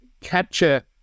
capture